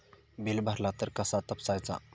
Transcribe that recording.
Bill भरला तर कसा तपसायचा?